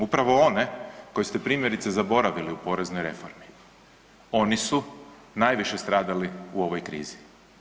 Upravo one koje ste primjerice zaboravili u poreznoj reformi, oni su najviše stradali u ovoj krize.